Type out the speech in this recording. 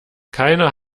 keiner